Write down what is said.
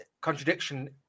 contradiction